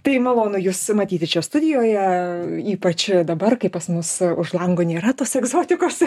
tai malonu jus matyti čia studijoje ypač dabar kai pas mus už lango nėra tos egzotikos